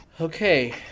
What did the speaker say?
Okay